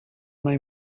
mai